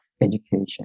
education